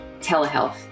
telehealth